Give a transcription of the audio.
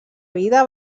vida